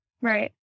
right